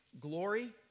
glory